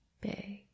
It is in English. big